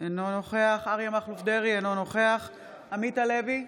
אינו נוכח אריה מכלוף דרעי, אינו נוכח עמית הלוי,